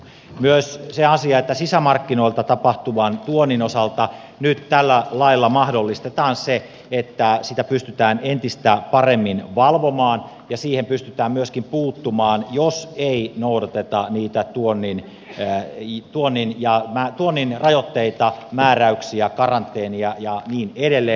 myös sisämarkkinoilta tapahtuvan tuonnin osalta nyt tällä lailla mahdollistetaan se että sitä pystytään entistä paremmin valvomaan ja siihen pystytään myöskin puuttumaan jos ei noudateta niitä tuonnin rajoitteita määräyksiä karanteenia ja niin edelleen